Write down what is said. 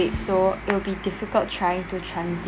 so it'll be difficult trying to transit